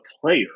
player